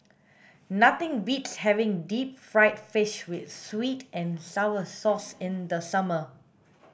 nothing beats having deep fried fish with sweet and sour sauce in the summer